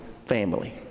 family